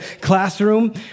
classroom